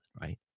right